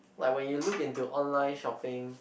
like when you look into online shopping